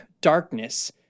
darkness